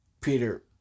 Peter